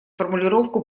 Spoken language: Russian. формулировку